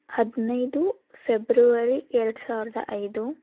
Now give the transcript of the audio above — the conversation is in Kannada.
ಹದಿನೈದು ಫೆಬ್ರವರಿ ಎರಡುಸಾವಿರದ ಐದು